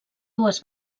dues